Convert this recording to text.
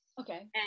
okay